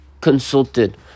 consulted